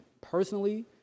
personally